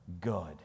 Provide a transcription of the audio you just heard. good